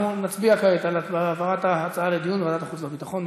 אנחנו נצביע כעת על העברת ההצעה לדון בוועדת החוץ והביטחון.